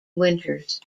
winters